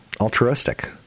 altruistic